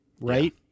right